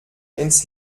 ins